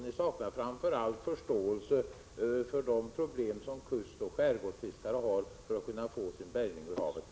Ni saknar framför allt förståelse för de problem som kustoch skärgårdsfiskare har för att få sin bärgning ur havet.